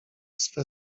swe